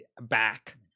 back